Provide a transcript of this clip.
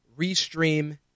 Restream